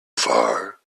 far